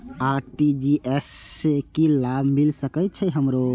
RTGS से की लाभ मिल सके छे हमरो?